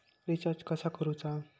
Recharge कसा करूचा?